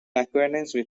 acquaintance